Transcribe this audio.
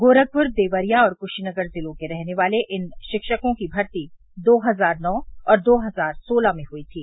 गोरखपुर देवरिया और कृशीनगर जिलों के रहने वाले इन शिक्षकों की भर्ती दो हजार नौ और दो हजार सोलह में हुई थी